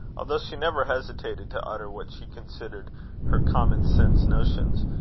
although she never hesitated to utter what she considered her common-sense notions,